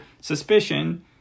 Suspicion